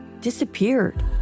disappeared